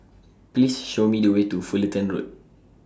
Please Show Me The Way to Fullerton Road